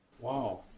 Wow